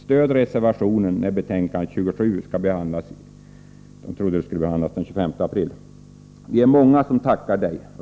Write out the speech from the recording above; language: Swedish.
Stöd reservationen när betänkande nr 27 skall behandlas den 25 april. Vi är många som tackar Dig.